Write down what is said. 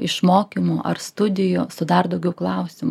iš mokymų ar studijų su dar daugiau klausimų